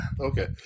Okay